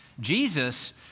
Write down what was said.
Jesus